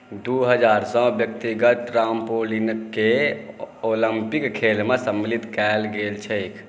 दू हजारसँ व्यक्तिगत ट्रम्पोलिनके ओलम्पिक खेलमे सम्मिलित कयल गेल छै